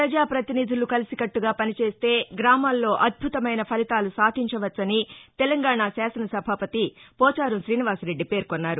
ప్రపజాపతినిధులు కలిసికట్టుగా పనిచేస్తే గ్రామాల్లో అద్భుతమైన ఫలితాలు సాధించవచ్చని తెలంగాణ శాసనసభాపతి పోచారం రీనివాసరెడ్డి పేర్కొన్నారు